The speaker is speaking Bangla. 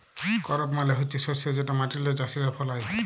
করপ মালে হছে শস্য যেট মাটিল্লে চাষীরা ফলায়